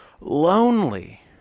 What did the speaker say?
lonely